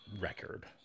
record